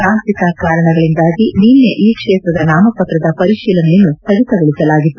ತಾಂತ್ರಿಕ ಕಾರಣಗಳಿಂದಾಗಿ ನಿನ್ನೆ ಈ ಕ್ಷೇತ್ರದ ನಾಮಪತ್ರದ ಪರಿಶೀಲನೆಯನ್ನು ಸ್ಲಗಿತಗೊಳಿಸಲಾಗಿತ್ತು